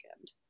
end